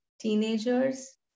teenagers